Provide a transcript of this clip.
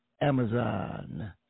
Amazon